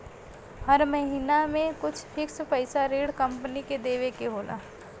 हर महिना में कुछ फिक्स पइसा ऋण कम्पनी के देवे के होला